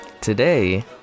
Today